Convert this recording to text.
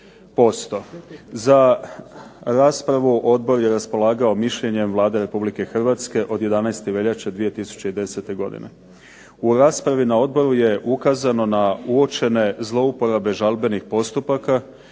Za raspravu odbor je raspolagao mišljenjem Vlade Republike Hrvatske od 11. veljače 2010. godine. U raspravi na odboru je ukazano na uočene zlouporabe žalbenih postupaka